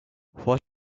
what